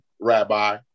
rabbi